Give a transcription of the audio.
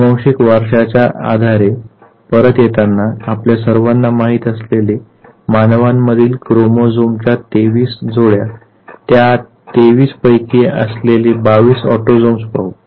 अनुवांशिक वारशाच्या आधारे परत येताना आपल्या सर्वांना माहित असलेले मानवांमधील क्रोमोझोमच्या 23 जोड्या आणि त्या 23 पैकी असलेले 22 ऑटोझोम पाहू